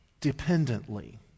dependently